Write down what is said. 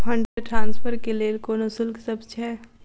Fund transfer केँ लेल कोनो शुल्कसभ छै?